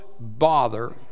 bother